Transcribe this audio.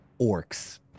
orcs